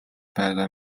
байгаа